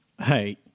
Hey